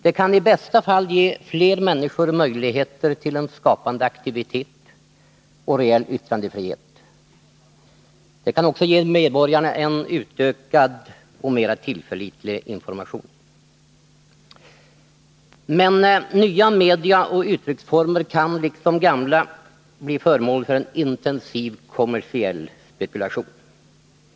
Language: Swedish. De kan i bästa fall ge fler människor möjligheter till en skapande aktivitet och reell yttrandefrihet. De kan också ge medborgarna en utökad och mer tillförlitlig information. Men nya media och uttrycksformer kan, liksom gamla, bli föremål för en intensiv kommersiell spekulation.